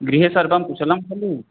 गृहे सर्वं कुशलं खलु